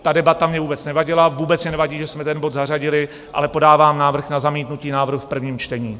Ta debata mně vůbec nevadila, vůbec mi nevadí, že jsme ten bod zařadili, ale podávám návrh na zamítnutí návrhu v prvním čtení.